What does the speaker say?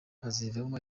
bazivamo